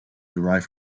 derive